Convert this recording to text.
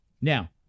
Now